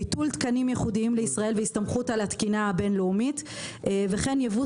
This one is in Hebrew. ביטול תקנים ייחודיים לישראל והסתמכות על התקינה הבין לאומית וכן ייבוא